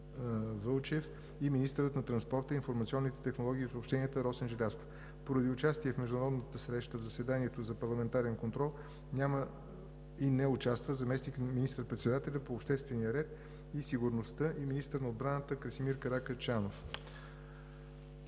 Вълчев и министърът на транспорта, информационните технологии и съобщенията Росен Желязков. Поради участие в международна среща в заседанието за парламентарен контрол няма да участва заместник министър-председателят по обществения ред и сигурността и министър на отбраната Красимир Каракачанов.